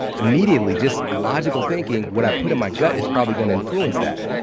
immediately, just logical thinking, what i put in my gut is probably going to influence that,